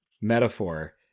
metaphor